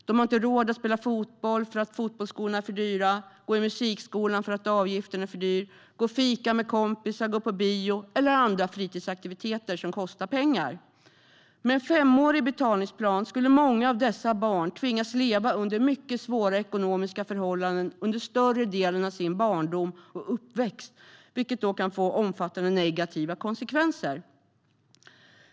De har inte råd att spela fotboll för att fotbollsskorna är för dyra eller att gå i musikskola för att avgiften är för dyr. De har inte råd att gå och fika med kompisar, att gå på bio eller att delta i andra fritidsaktiviteter som kostar pengar. Men en femårig betalningsplan skulle många av dessa barn tvingas leva under mycket svåra ekonomiska förhållanden under större delen av sin barndom och uppväxt, vilket kan få omfattande negativa konsekvenser.